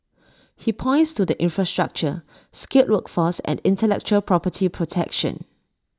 he points to the infrastructure skilled workforce and intellectual property protection